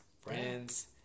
friends